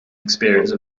experience